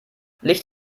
licht